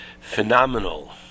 Phenomenal